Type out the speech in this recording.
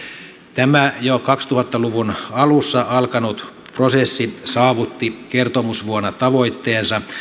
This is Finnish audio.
tämä jo kaksituhatta luvun alussa alkanut prosessi saavutti kertomusvuonna tavoitteensa